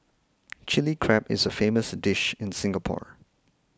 Chilli Crab is a famous dish in Singapore